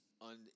on